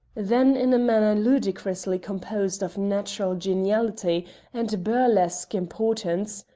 then in a manner ludicrously composed of natural geniality and burlesque importance,